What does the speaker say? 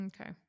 Okay